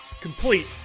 complete